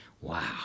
Wow